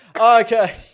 Okay